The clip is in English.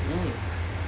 mm